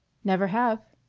never have.